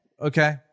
Okay